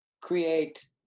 create